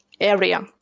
area